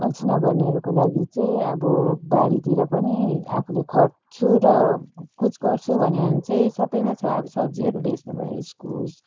अल्छी नगर्नेहरूको लागि चाहिँ अब बारीतिर पनि आफूले खट्छु र कुछ गर्छु भन्यो भने चाहिँ सबैमा छ अब सब्जीहरू बेच्नु भयो इस्कुस